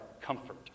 comfort